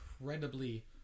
incredibly